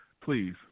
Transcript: Please